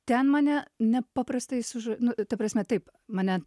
ten mane nepaprastai suža nu e prasme taip mane